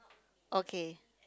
okay